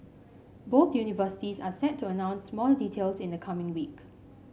both universities are set to announce more details in the coming week